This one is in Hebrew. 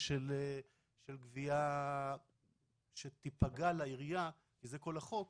מתן שירותי גבייה לעירייה ולא יעשו בו כל שימוש,